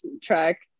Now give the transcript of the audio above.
track